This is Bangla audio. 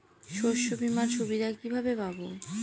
শস্যবিমার সুবিধা কিভাবে পাবো?